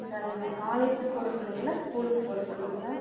சரிங்க காலேஜ் போகற பிள்ளைங்களா ஸ்கூல்க்கு போகற பிள்ளைங்களா